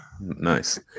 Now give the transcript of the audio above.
nice